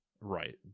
right